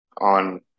on